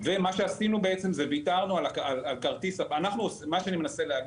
ומה שעשינו זה ויתרנו מה שאני מנסה להגיד,